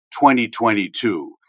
2022